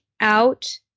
out